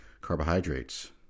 carbohydrates